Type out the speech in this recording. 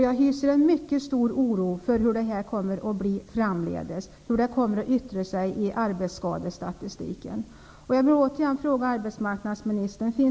Jag hyser mycket stor oro för vad detta kommer att innebära framdeles och hur det kommer att yttra sig i arbetsskadestatistiken.